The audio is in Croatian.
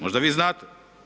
Možda vi znate.